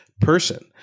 person